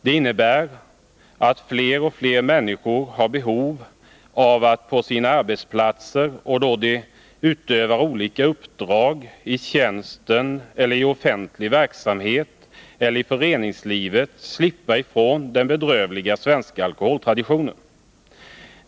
Det innebär att fler och fler människor har behov av att på sina arbetsplatser och då de utövar olika uppdrag, i tjänsten eller i offentlig verksamhet eller i föreningslivet, slippa ifrån den bedrövliga svenska alkoholtraditionen.